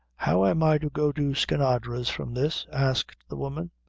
how am i to go to skinadre's from this? asked the woman.